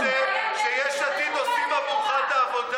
איך אתה מרגיש עם זה שיש עתיד עושים עבורך את העבודה,